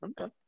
Okay